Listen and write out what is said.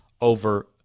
over